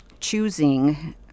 choosing